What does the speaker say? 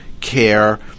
care